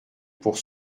pour